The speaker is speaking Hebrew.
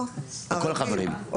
לא, הרגיל.